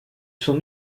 son